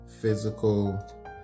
physical